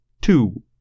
two